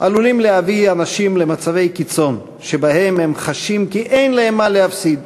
עלולות להביא אנשים למצבי קיצון שבהם הם חשים כי אין להם מה להפסיד,